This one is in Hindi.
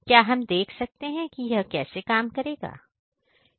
क्या हम देख सकते हैं कि यह कैसे काम करता है